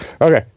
Okay